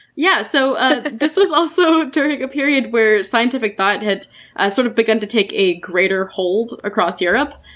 yeah. so this was also during a period where scientific thought had ah sort of begun to take a greater hold across europe,